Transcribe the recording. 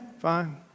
fine